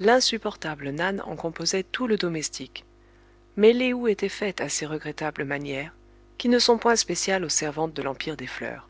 l'insupportable nan en composait tout le domestique mais lé ou était faite à ses regrettables manières qui ne sont point spéciales aux servantes de l'empire des fleurs